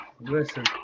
Listen